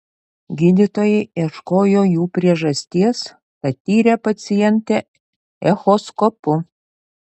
gydytojai ieškojo jų priežasties tad tyrė pacientę echoskopu